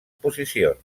posicions